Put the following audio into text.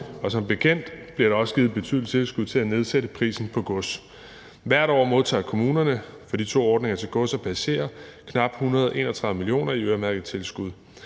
som bekendt også givet betydelige tilskud til at nedsætte prisen på gods. Hvert år modtager kommunerne for de to ordninger til gods og passagerer knap 131 mio. kr. i øremærket tilskud.